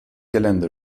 gelände